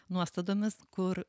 nuostatomis kur